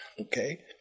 Okay